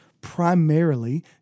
primarily